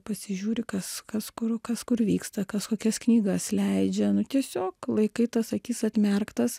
pasižiūri kas kas kur kas kur vyksta kas kokias knygas leidžia nu tiesiog laikai tas akis atmerktas